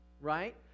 right